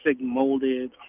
molded